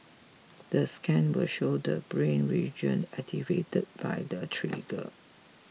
the scan will show the brain region activated by the trigger